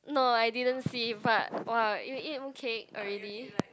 no I didn't see but !wah! you eat mooncake already